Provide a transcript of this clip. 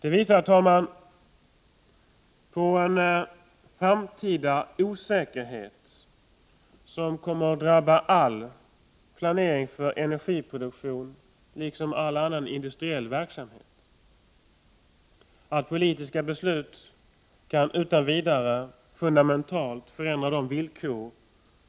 Det visar, herr talman, på en framtida osäkerhet som kommer att drabba all planering för energiproduktionen, liksom all annan industriell verksamhet. Det visar att politiska beslut utan vidare kan fundamentalt förändra de villkor